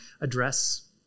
address